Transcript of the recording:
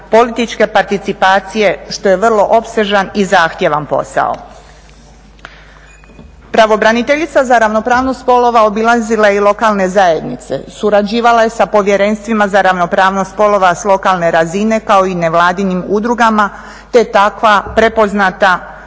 političke participacije što je vrlo opsežan i zahtjevan posao. Pravobraniteljica za ravnopravnost spolova obilazila je i lokalne zajednice, surađivala je sa povjerenstvima za ravnopravnost spolova sa lokalne razine kao i nevladinim udrugama te je takva prepoznata